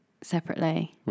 separately